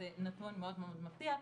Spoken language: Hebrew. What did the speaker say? שזה נתון מאוד מאוד מפתיע.